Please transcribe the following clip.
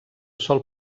sol